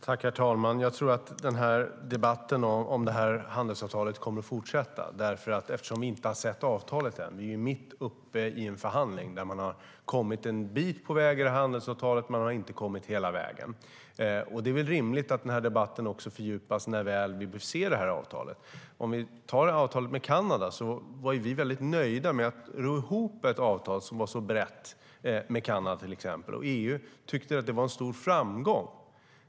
Herr talman! Jag tror att debatten om det här handelsavtalet kommer att fortsätta eftersom vi inte har sett avtalet än. Vi är mitt uppe i en förhandling där man har kommit en bit på väg i avtalet, men inte hela vägen. Det är nog rimligt att debatten också fördjupas när vi väl får se avtalet. Om vi tar avtalet med Kanada var vi väldigt nöjda med att ro i land ett avtal med Kanada som var så brett. EU tyckte att det var en stor framgång.